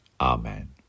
Amen